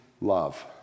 love